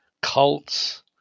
cults